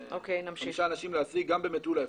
חמישה אנשים להשיג גם במטולה אפשר.